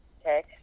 okay